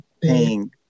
paying